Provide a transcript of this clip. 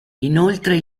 inoltre